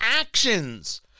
actions